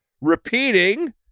repeating